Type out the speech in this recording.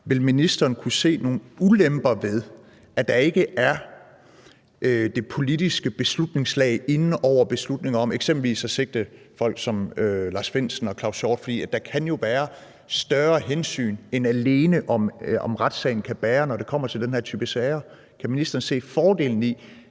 vil ministeren så kunne se nogle ulemper ved, at der ikke er det politiske beslutningslag inde over beslutningen om eksempelvis at sigte folk som Lars Findsen og Claus Hjort Frederiksen? For der kan jo være større hensyn end alene det, om retssagen kan bære, når det kommer til den her type sager. Kan ministeren se fordelen i,